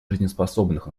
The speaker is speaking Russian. жизнеспособных